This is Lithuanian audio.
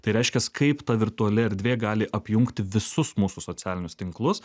tai reiškias kaip ta virtuali erdvė gali apjungti visus mūsų socialinius tinklus